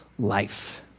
life